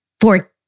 four